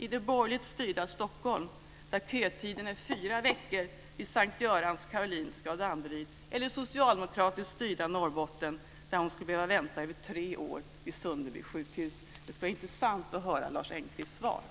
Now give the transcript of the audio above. I det borgerligt styrda Stockholm där kötiden är fyra veckor vid S:t Görans sjukhus, Karolinska och Danderyds sjukhus eller i det socialdemokratiskt styrda Norrbotten där hon skulle behöva vänta i över tre år vid Sunderby sjukhus? Det ska bli intressant att höra Lars Engqvists svar.